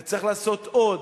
וצריך לעשות עוד,